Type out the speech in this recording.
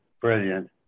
brilliant